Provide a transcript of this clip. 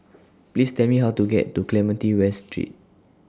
Please Tell Me How to get to Clementi West Street